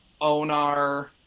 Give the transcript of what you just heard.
Onar